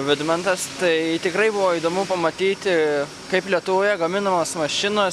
vidmantas tai tikrai buvo įdomu pamatyti kaip lietuvoje gaminamos mašinos